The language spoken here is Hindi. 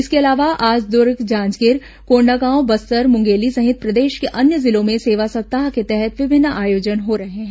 इसके अलावा आज दुर्ग जांजगीर कोंडागांव बस्तर मुंगेली सहित प्रदेश के अन्य जिलों में सेवा सप्ताह के तहत विभिन्न आयोजन हो रहे हैं